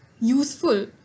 useful